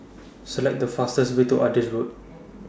Select The fastest Way to Adis Road